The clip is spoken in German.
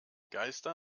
geiste